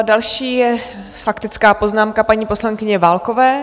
Další je s faktickou poznámkou paní poslankyně Válková.